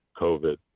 COVID